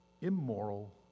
immoral